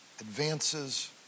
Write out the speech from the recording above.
advances